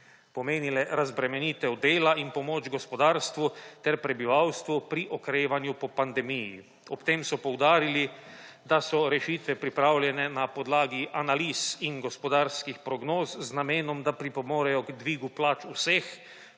pomenile razbremenitev dela in pomoč gospodarstvu ter prebivalstvu pri okrevanju po pandemiji. Ob tem so poudarili, da so rešitve pripravljene na podlagi analiz in gospodarskih prognoz z namenom, da pripomorejo k dvigu plač vseh,